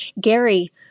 Gary